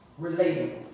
Relatable